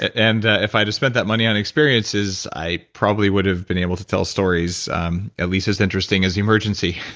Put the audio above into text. and ah if i'd have spent that money on experiences, i probably would've been able to tell stories um at least as interesting as emergency